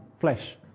flesh